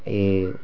ଏ